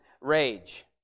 rage